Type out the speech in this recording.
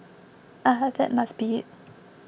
ah that must be it